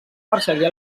perseguir